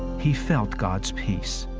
he felt god's peace.